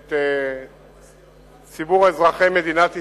את ציבור אזרחי מדינת ישראל,